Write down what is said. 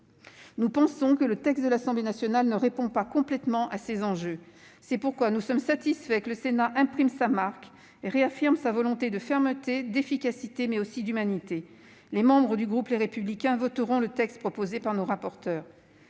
Nous pensons que le texte de l'Assemblée nationale ne répond pas complètement à ces enjeux. C'est pourquoi nous sommes satisfaits que le Sénat imprime sa marque et réaffirme sa volonté de fermeté et d'efficacité, mais aussi d'humanité. Les membres du groupe Les Républicains voteront le texte proposé par nos rapporteurs.